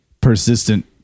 persistent